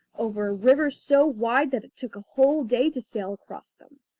over rivers so wide that it took a whole day to sail across them,